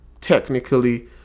technically